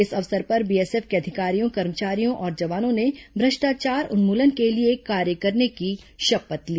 इस अवसर पर बीएसएफ के अधिकारियों कर्मचारियों और जवानों ने भ्रष्टाचार उन्मूलन के लिए कार्य करने की शपथ ली